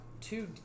two